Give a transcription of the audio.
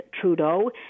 Trudeau